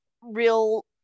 real